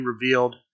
revealed